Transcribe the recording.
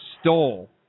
stole